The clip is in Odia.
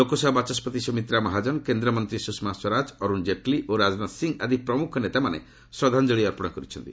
ଲୋକସଭା ବାଚସ୍କତି ସୁମିତ୍ରା ମହାଜନ କେନ୍ଦ୍ରମନ୍ତ୍ରୀ ସୁଷମା ସ୍ୱରାଜ ଅରୁଣ ଜେଟଲୀ ଓ ରାଜନାଥ ସିଂହ ଆଦି ପ୍ରମୁଖ ନେତାମାନେ ଶ୍ରଦ୍ଧାଞ୍ଜଳୀ ଅର୍ପଣ କରିଛନ୍ତି